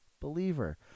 believer